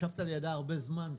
ישבת לידה הרבה זמן,